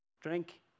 drink